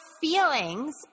feelings